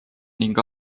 ning